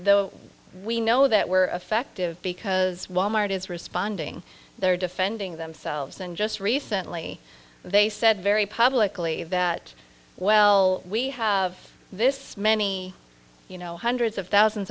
though we know that we're effective because wal mart is responding they're defending themselves and just recently they said very publicly that well we have this many you know hundreds of thousands